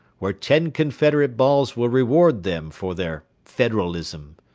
where ten confederate balls will reward them for their federalism.